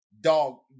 dog